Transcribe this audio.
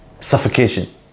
suffocation